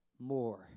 more